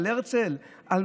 על הרצל.